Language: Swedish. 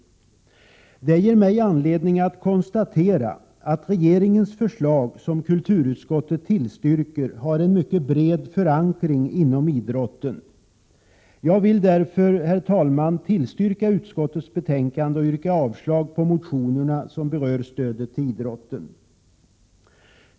Det ger mig anledning att konstatera att regeringens förslag, som kulturutskottet tillstyrker, har en mycket bred förankring inom idrotten. Jag vill därför, herr talman, tillstyrka utskottets hemställan och yrka avslag på de motioner som berör stödet till idrotten.